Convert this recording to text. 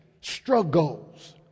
struggles